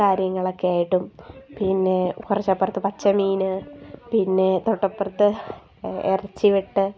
കാര്യങ്ങളൊക്കെ ആയിട്ടും പിന്നെ കുറച്ചപ്പുറത്ത് പച്ചമീൻ പിന്നെ തൊട്ടപ്പുറത്ത് ഇറച്ചി വെട്ട്